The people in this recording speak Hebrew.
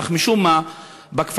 אך משום מה בכפרים,